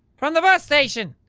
from the bus station!